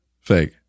Fake